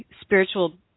spiritual